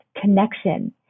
connection